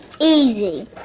easy